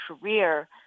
career